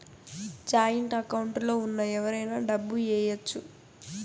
joint account లో ఉన్న ఎవరైనా డబ్బు ఏయచ్చు